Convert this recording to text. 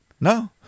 No